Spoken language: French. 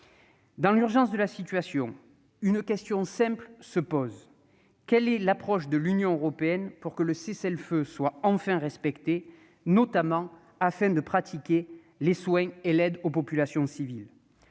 Dans l'urgence de la situation, une question simple se pose : quelle est l'approche de l'Union européenne pour que les cessez-le-feu soient enfin respectés, notamment afin que puissent être dispensés les soins et l'aide aux populations civiles ?